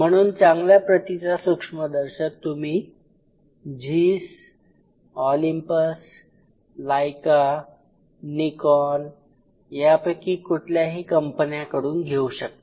म्हणून चांगल्या प्रतीचा सूक्ष्मदर्शक तुम्ही झीस ऑलिंपस लाइका निकॉन यापैकी कुठल्याही कंपन्याकडून घेऊ शकता